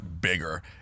bigger